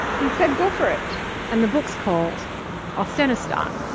he said go for it and the book's called austenistan.